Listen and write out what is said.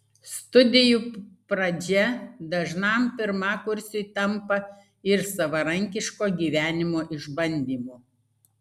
studijų pradžia dažnam pirmakursiui tampa ir savarankiško gyvenimo išbandymu